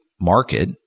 market